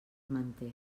manté